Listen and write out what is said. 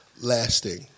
lasting